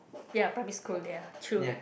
ya primary school ya true